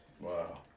Wow